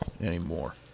anymore